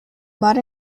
mud